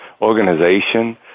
organization